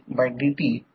तर मला ते साफ करू द्या